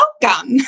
welcome